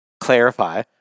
clarify